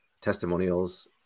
testimonials